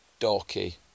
dorky